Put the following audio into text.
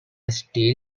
steel